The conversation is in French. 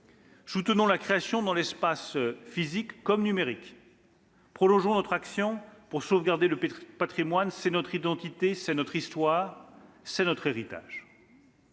Soutenons la création, dans l'espace physique comme numérique. Prolongeons notre action pour sauvegarder le patrimoine. C'est notre identité ; c'est notre histoire ; c'est notre héritage.